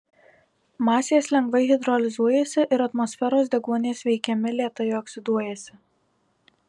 masės lengvai hidrolizuojasi ir atmosferos deguonies veikiami lėtai oksiduojasi